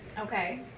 Okay